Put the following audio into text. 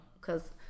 cause